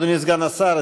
אדוני סגן השר,